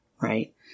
right